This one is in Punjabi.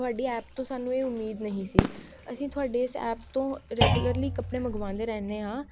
ਤੁਹਾਡੀ ਐਪ ਤੋਂ ਸਾਨੂੰ ਇਹ ਉਮੀਦ ਨਹੀਂ ਸੀ ਅਸੀਂ ਤੁਹਾਡੇ ਇਸ ਐਪ ਤੋਂ ਰੈਗੂਲਰਲੀ ਕੱਪੜੇ ਮੰਗਵਾਉਂਦੇ ਰਹਿੰਦੇ ਹਾਂ